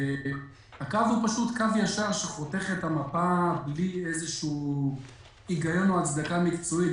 הקו הוא פשוט קו ישר שחותך את המפה בלי היגיון או הצדקה מקצועית.